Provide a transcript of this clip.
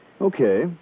Okay